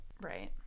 Right